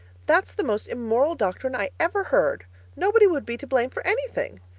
that's the most immoral doctrine i ever heard nobody would be to blame for anything.